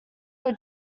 were